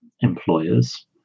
employers